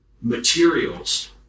materials